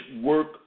work